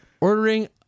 ordering